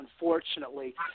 unfortunately